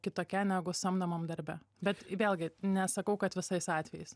kitokia negu samdomam darbe bet vėlgi nesakau kad visais atvejais